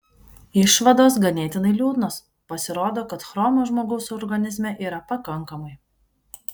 išvados ganėtinai liūdnos pasirodo kad chromo žmogaus organizme yra pakankamai